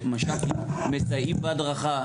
שמש"קים מסייעים בהדרכה,